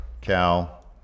Cal